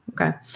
okay